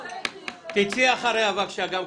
תצאי אחריה גם כן.